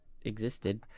existed